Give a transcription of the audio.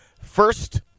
first